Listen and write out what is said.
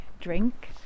drink